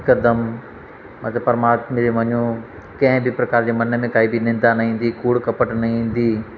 हिकदमि मां चयो परमात्मा खे मञो कंहिं बि प्रकार जी मन में काई बि निंदा न ईंदी कूड़ु कपटु न ईंदी